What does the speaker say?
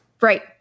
right